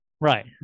Right